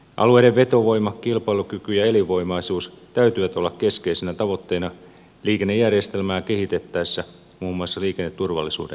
alueiden vetovoiman kilpailukyvyn ja elinvoimaisuuden täytyy olla keskeisinä tavoitteina liikennejärjestelmää kehitettäessä muun muassa liikenneturvallisuuden lisäksi